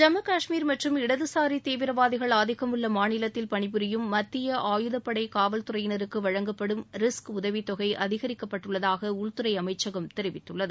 ஜம்மு காஷ்மீர் மற்றும் இடதுசாரி தீவிரவாதிகள் ஆதிக்கம் உள்ள மாநிலத்தில் பணிபுரியும் மத்திய ஆயுதப்படை காவல்துறையினருக்கு வழங்கப்படும் ரிஸ்க் உதவித்தொகை அதிகரிக்கப்பட்டுள்ளதாக உள்துறை அமைச்சகம் தெரிவித்துள்ளது